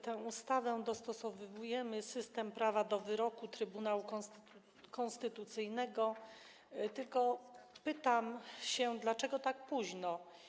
Tą ustawą dostosowujemy system prawa do wyroku Trybunału Konstytucyjnego, tylko pytam: Dlaczego tak późno?